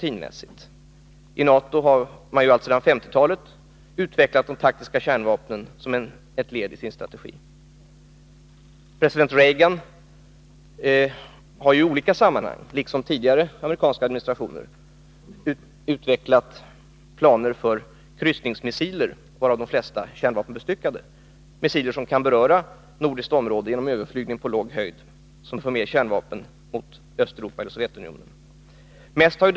Inom NATO har man sedan 1950-talet utvecklat de taktiska kärnvapnen som ett led i sin strategi. President Reagan har i olika sammanhang, liksom tidigare amerikanska administrationer, utvecklat planer för kryssningsmissiler, varav de flesta kärnvapenbestyckade, som kan beröra nordiskt område vid överflygning på låg höjd och som för med kärnvapen mot Sovjetunionen eller andra delar av Östeuropa.